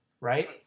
right